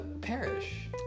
perish